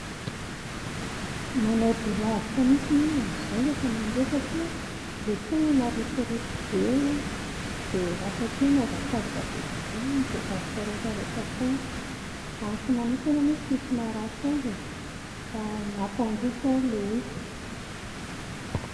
Manao dia lavitra mihintsy ny olona amin'izao rehefa mandeha satria ilay fiainana rotoroto be a dia lasa ohatran'ny hoe mihazakazaka be daholo izay zavatra rehetrarehetra hatao, amiko manokana aloha tsisy mampaharatsy azy e fa mampandroso ary ilay izy